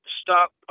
stop